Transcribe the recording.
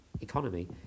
economy